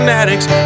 addicts